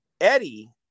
Eddie